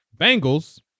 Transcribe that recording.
Bengals